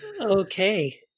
Okay